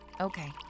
Okay